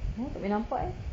tak boleh nampak eh